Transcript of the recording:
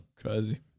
Crazy